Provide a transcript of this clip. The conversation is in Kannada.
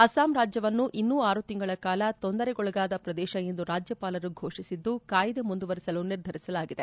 ಅಸ್ಲಾಂ ರಾಜ್ಯವನ್ನು ಇನ್ನೂ ಆರು ತಿಂಗಳ ಕಾಲ ತೊಂದರೆಗೊಳಗಾದ ಪ್ರದೇಶ ಎಂದು ರಾಜ್ಯಪಾಲರು ಘೋಷಿಸಿದ್ದು ಕಾಯಿದೆ ಮುಂದುವರೆಸಲು ನಿರ್ಧರಿಸಲಾಗಿದೆ